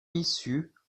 issues